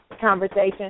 Conversation